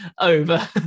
over